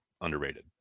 Underrated